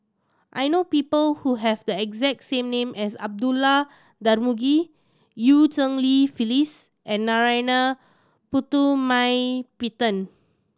I know people who have the exact name as Abdullah Tarmugi Eu Cheng Li Phyllis and Narana Putumaippittan